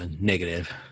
negative